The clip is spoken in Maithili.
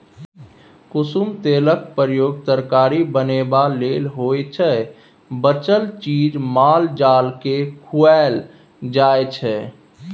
कुसुमक तेलक प्रयोग तरकारी बनेबा लेल होइ छै बचल चीज माल जालकेँ खुआएल जाइ छै